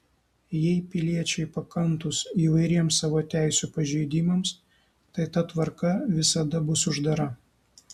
jei piliečiai pakantūs įvairiems savo teisių pažeidimams tai ta tvarka visada bus uždara